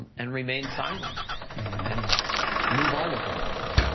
um and remain silent and move on with our lives.